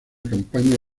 campaña